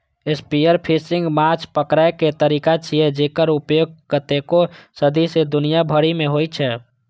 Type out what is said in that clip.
spearfishing माछ पकड़ै के तरीका छियै, जेकर उपयोग कतेको सदी सं दुनिया भरि मे होइ छै